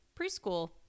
Preschool